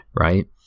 right